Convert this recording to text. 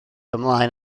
ymlaen